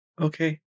Okay